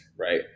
right